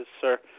sir